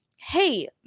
hey